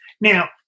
Now